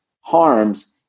harms